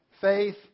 faith